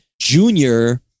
Junior